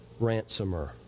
ransomer